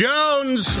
Jones